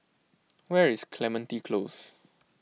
where is Clementi Close